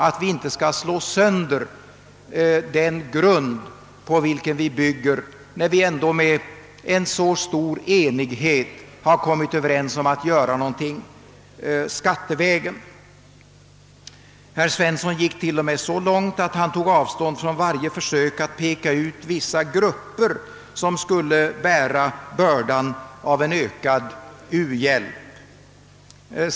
Vi skall inte slå sönder den grund på vilken vi bygger, när vi ändå med en så stor enighet har kommit överens om att göra någonting skattevägen. Herr Svensson gick t.o.m. så långt att han tog avstånd från varje försök att peka ut vissa grupper som skulle bära bördan av en ökad u-hjälp.